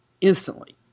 instantly